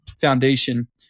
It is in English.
foundation